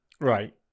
right